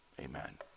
amen